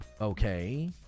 okay